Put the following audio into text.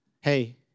hey